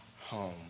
home